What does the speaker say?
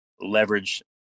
leverage